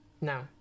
No